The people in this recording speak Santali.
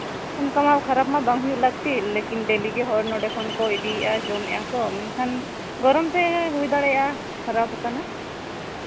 ᱚᱱᱠᱟᱢᱟ ᱠᱷᱟᱨᱟᱯ ᱢᱟ ᱵᱟᱝ ᱦᱩᱭᱩᱜ ᱞᱟᱹᱠᱛᱤ ᱞᱮᱠᱤᱱ ᱰᱮᱞᱤᱜᱮ ᱱᱚᱸᱰᱮ ᱠᱷᱚᱱ ᱦᱚᱲ ᱠᱚ ᱤᱫᱤᱭᱮᱫᱟ ᱡᱚᱢ ᱮᱫᱟ ᱠᱚ ᱢᱮᱱᱠᱷᱟᱱ ᱜᱚᱨᱚᱢᱛᱮ ᱦᱩᱭ ᱫᱲᱟᱮᱭᱟᱜᱼᱟ ᱠᱷᱟᱨᱟᱯ ᱠᱟᱱᱟ